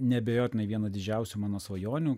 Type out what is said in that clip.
neabejotinai viena didžiausių mano svajonių